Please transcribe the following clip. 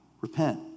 Repent